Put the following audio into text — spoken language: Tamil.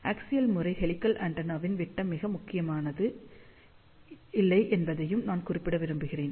அஃஸியல் முறை ஹெலிகல் ஆண்டெனாவின் விட்டம் மிக முக்கியமானது இல்லை என்பதையும் நான் குறிப்பிட விரும்புகிறேன்